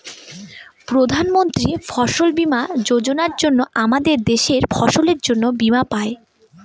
প্রধান মন্ত্রী ফসল বীমা যোজনার জন্য আমাদের দেশের ফসলের জন্যে বীমা পাই